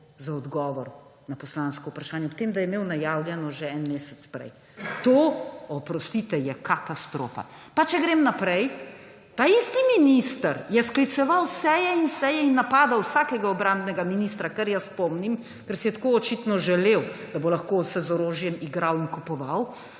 za odgovor na poslansko vprašanje, ob tem da je imel najavljeno že en mesec prej. To, oprostite, je katastrofa. Pa če grem naprej. Taisti minister je skliceval seje in seje in napadal vsakega obrambnega ministra, kar jaz pomnim, ker si je tako očitno želel, da se bo lahko z orožjem igral in kupoval.